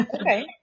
okay